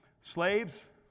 Slaves